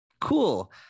cool